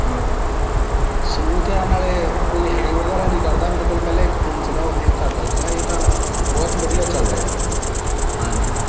ਹਾਂ ਸਮੂਥ ਆ ਨਾਲ਼ੇ ਕੋਈ ਹੈਂਗ ਵਗੈਰਾ ਨਹੀਂ ਕਰਦਾ ਮੇਰੇ ਕੋਲ ਪਹਿਲਾਂ ਇੱਕ ਫ਼ੋਨ ਸੀਗਾ ਉਹ ਹੈਂਗ ਕਰਦਾ ਸੀਗਾ ਇਹ ਤਾਂ ਬਹੁਤ ਵਧੀਆ ਚੱਲ ਰਿਹਾ ਹਾਂਜੀ